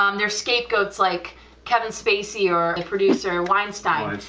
um their scapegoats like kevin spacey or producer weinstein,